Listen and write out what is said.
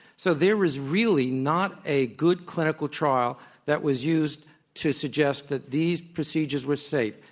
so there is really not a good clinical trial that was used to suggest that these procedures were safe.